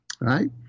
right